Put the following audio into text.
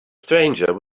stranger